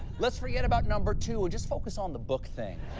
let's forget about number two and just focus on the book thing.